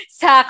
sa